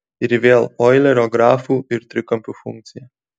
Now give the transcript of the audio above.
ir vėl oilerio grafų ir trikampių funkcija